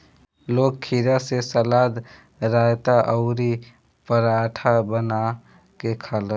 लोग खीरा से सलाद, रायता अउरी पराठा बना के खाला